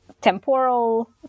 temporal